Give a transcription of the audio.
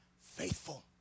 faithful